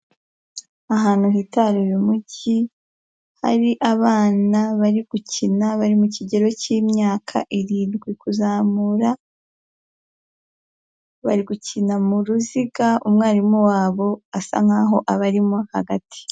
Ahantu hitaruye umugi hari abana bari gukina bari mu kigero k'imyaka irindwi kuzamura, bari gukina mu ruziga umwarimu wabo asa nkaho abarimo hagati.